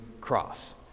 cross